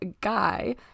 guy